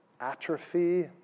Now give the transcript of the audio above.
atrophy